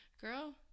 Girl